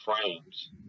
frames